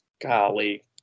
Golly